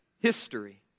history